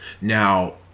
now